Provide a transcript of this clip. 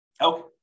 okay